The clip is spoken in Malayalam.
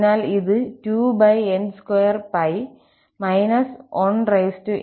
അതിനാൽ ഇത് 2𝑛2 𝜋 −1n − 1ആണ്